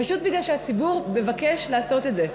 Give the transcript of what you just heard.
פשוט מפני שהציבור מבקש לעשות את זה.